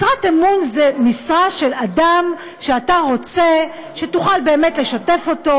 משרת אמון זו משרה של אדם שאתה רוצה שתוכל באמת לשתף אותו,